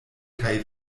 kaj